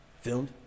Filmed